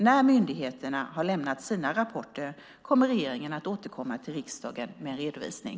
När myndigheterna har lämnat sina rapporter kommer regeringen att återkomma till riksdagen med en redovisning.